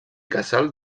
casal